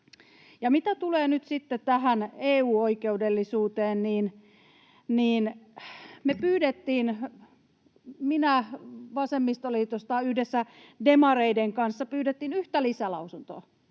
Mitä tulee nyt sitten tähän EU-oikeudellisuuteen, niin me pyydettiin, minä vasemmistoliitosta yhdessä demareiden kanssa, yhtä lisälausuntoa